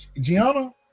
Gianna